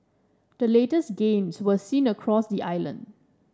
the latest gains were seen across the island